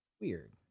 Weird